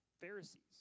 Pharisees